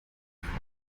frau